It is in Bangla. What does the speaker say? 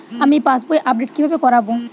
আমি পাসবই আপডেট কিভাবে করাব?